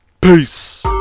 Peace